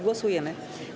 Głosujemy.